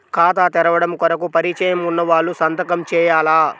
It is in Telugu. ఖాతా తెరవడం కొరకు పరిచయము వున్నవాళ్లు సంతకము చేయాలా?